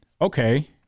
okay